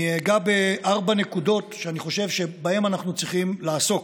אני אגע בארבע נקודות שאני חושב שבהן אנחנו צריכים לעסוק.